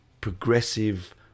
progressive